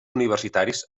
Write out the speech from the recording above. universitaris